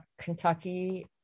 Kentucky